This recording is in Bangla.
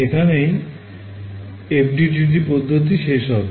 এখানেই FDTD পদ্ধতি শেষ হবে